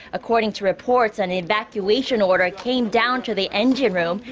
according to reports. an evacuation order came down to the engine room.